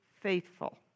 faithful